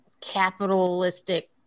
capitalistic